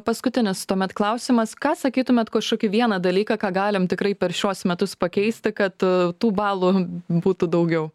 paskutinis tuomet klausimas ką sakytumėt kažkokį vieną dalyką ką galim tikrai per šiuos metus pakeisti kad tų balų būtų daugiau